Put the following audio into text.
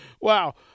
Wow